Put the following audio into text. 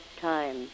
time